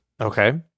Okay